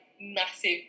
massive